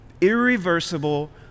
irreversible